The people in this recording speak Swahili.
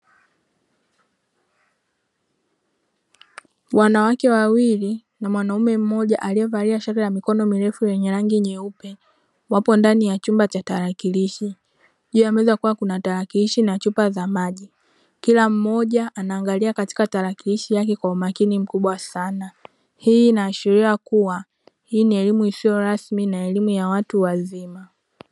Wanawake wawili na mwanaume mmoja aliyevalia shati la mikono mirefu lenye rangi nyeupe; wapo ndani ya chumba cha tarakilishi. Juu ya meza kukiwa kuna tarakilishi na chupa za maji. Kila mmoja anaangalia katika tarakilishi yake kwa umakini mkubwa sana. Hii inaashiria kuwa hii ni elimu isiyo rasmi na elimu ya watu wazima.